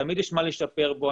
תמיד יש מה לשפר בו.